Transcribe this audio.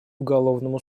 уголовному